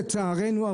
לצערנו,